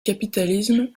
capitalisme